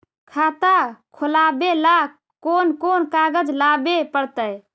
खाता खोलाबे ल कोन कोन कागज लाबे पड़तै?